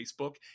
Facebook